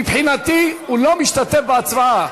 מבחינתי הוא לא משתתף בהצבעה.